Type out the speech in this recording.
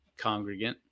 congregant